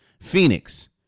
Phoenix